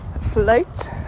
flight